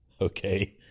okay